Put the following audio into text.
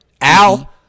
Al